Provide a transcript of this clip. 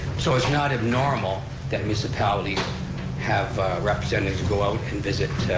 so it's not abnormal that municipalities have representatives go out and visit